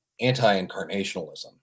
anti-incarnationalism